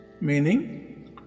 Meaning